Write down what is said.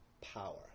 power